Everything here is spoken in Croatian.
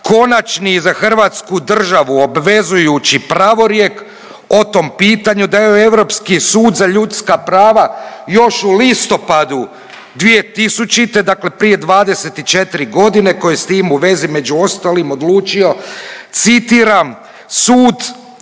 konačni i za hrvatsku državu obvezujući pravorijek o tom pitanju dao je Europski sud za ljudska prava još u listopadu 2000., dakle prije 24 godine koje s tim u vezi među ostalim odlučio citiram, sud